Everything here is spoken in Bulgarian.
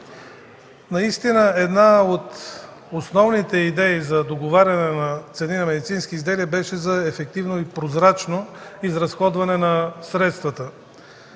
Миков. Една от основните идеи за договаряне на цени на медицински изделия беше за ефективно и прозрачно изразходване на средствата.